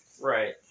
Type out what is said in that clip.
Right